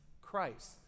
Christ